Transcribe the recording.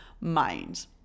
mind